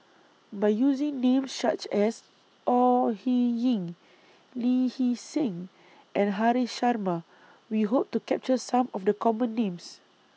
By using Names such as Au Hing Yee Lee Hee Seng and Haresh Sharma We Hope to capture Some of The Common Names